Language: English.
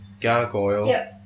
gargoyle